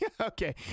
Okay